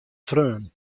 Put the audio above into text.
freon